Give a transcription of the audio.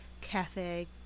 cafe